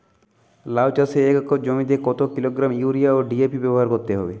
লাউ চাষে এক একর জমিতে কত কিলোগ্রাম ইউরিয়া ও ডি.এ.পি ব্যবহার করতে হবে?